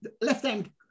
left-hand